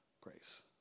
grace